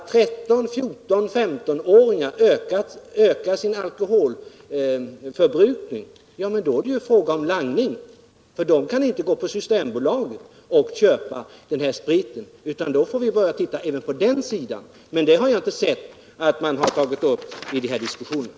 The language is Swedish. Om 13-15-åringar ökar sin alkoholförbrukning måste det vara fråga om langning, eftersom de ju inte kan gå till Systembolaget och själva köpa spriten. Då får vi börja undersöka också denna sida av saken. Den frågan har jag dock inte märkt att någon har tagit upp i de här diskussionerna.